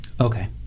Okay